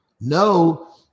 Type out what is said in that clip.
No